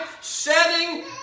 setting